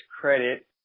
credit